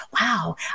wow